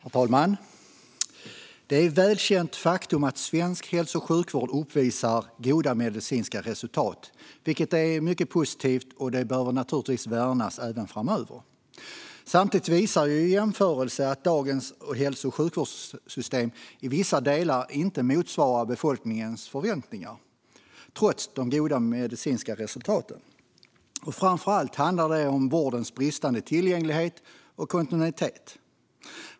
Herr talman! Det är ett välkänt faktum att svensk hälso och sjukvård uppvisar goda medicinska resultat. Detta är mycket positivt, och det behöver naturligtvis värnas även framöver. Samtidigt visar jämförelser att dagens hälso och sjukvårdssystem i vissa delar inte motsvarar befolkningens förväntningar, trots de goda medicinska resultaten. Framför allt handlar det om vårdens bristande tillgänglighet och kontinuitet.